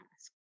ask